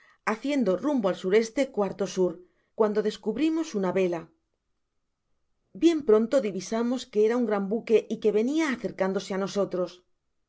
haciendo rumbo al s e cuarto s cuando descubrimos una vela bien pronto divisamos que era un gran buque y que venia acercándose á nosotros